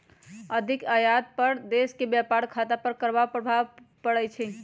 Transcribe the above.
अधिक आयात द्वारा देश के व्यापार खता पर खराप प्रभाव पड़इ छइ